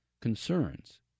concerns